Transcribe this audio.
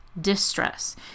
distress